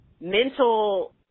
mental